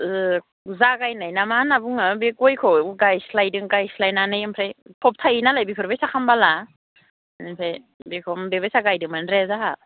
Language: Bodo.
जागायनाय ना माहोनना बुङो बे गयखौ गायस्लायदों गायस्लायनानै ओमफ्राय फबथायोनालाय बेफोर बायसा खालामबोला बिनिफ्राय बेखौ बेबायसा गायदोंमोन ओमफ्राय जाहा